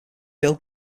bill